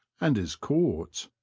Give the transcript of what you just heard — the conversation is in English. and is caught.